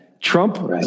trump